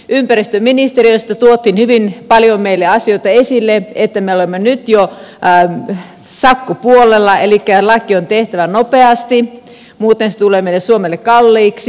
ympäristöministeriöstä tuotiin hyvin paljon asioita meille esille että me olemme nyt jo sakkopuolella elikkä laki on tehtävä nopeasti muuten se tulee meille suomelle kalliiksi